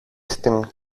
στην